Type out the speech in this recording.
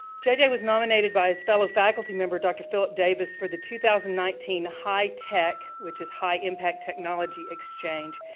j j. was nominated by his fellow faculty member, doctor philip davis, for the two thousand and nineteen high tech, which is high impact technology exchange,